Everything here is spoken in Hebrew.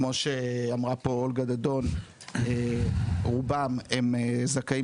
כמו שאמרה פה אולגה דדון רובם הם זכאים